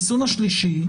החיסון השלישי,